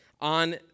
on